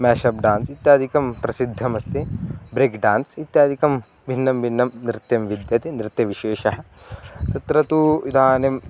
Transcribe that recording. मेशप् dance इत्यादिकं प्रसिद्धमस्ति break dance इत्यादिकं भिन्नं भिन्नं नृत्यं विद्यते नृत्यविशेषः तत्र तू इदानीं